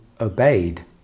obeyed